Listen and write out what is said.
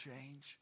change